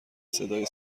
صدای